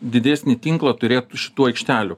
didesnį tinklą turėtų šitų aikštelių